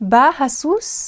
Bahasus